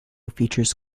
features